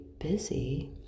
busy